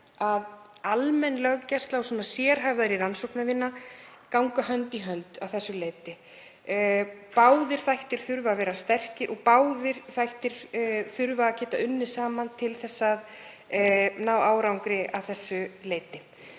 að almenn löggæsla og sérhæfðari rannsóknarvinna ganga hönd í hönd að þessu leyti. Báðir þættir þurfa að vera sterkir og báðir þættir þurfa að geta unnið saman til að árangur náist.